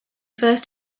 first